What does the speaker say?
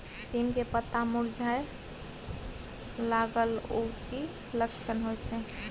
सीम के पत्ता मुरझाय लगल उ कि लक्षण होय छै?